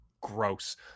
gross